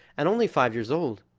and only five years old.